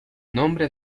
nombre